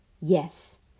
Yes